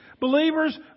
believers